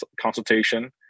consultation